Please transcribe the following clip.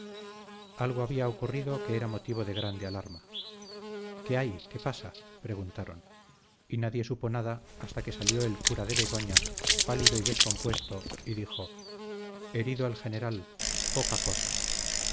algo había ocurrido que era motivo de grande alarma qué hay qué pasa preguntaron y nadie supo nada hasta que salió el cura de begoña pálido y descompuesto y dijo herido el general poca cosa